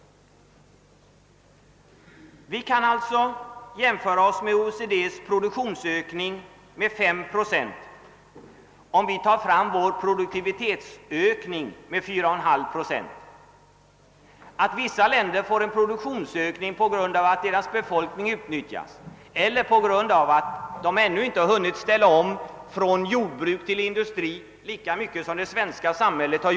Vi kan alltså jämföra oss med OECD:s produktionsökning på 5 procent, om vi tar vår produktivitetsökning på 4,5 procent. Att vissa länder får en större ökning kan bero på att man ännu inte har hunnit ställa om från jordbruk till industri i lika hög grad som det svenska samhället gjort.